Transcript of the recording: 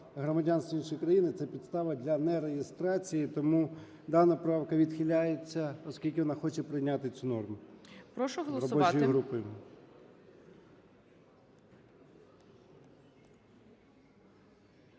громадянства іншої країни – це підстава для нереєстрації. Тому дана правка відхиляється, оскільки вона хоче прийняти цю норму, робочою